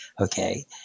okay